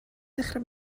dechrau